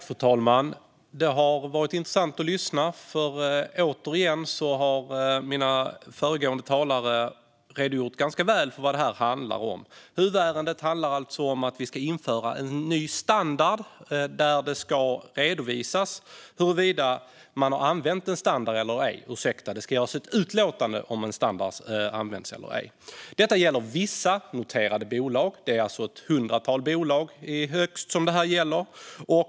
Fru talman! Det har varit intressant att lyssna. Återigen har föregående talare redogjort ganska väl för vad det handlar om. Huvudärendet gäller alltså om vi ska införa att ett utlåtande om man har använt en standard eller ej ska göras. Det gäller vissa, högst ett hundratal, noterade bolag.